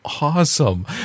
awesome